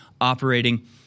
operating